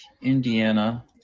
Indiana